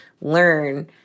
learn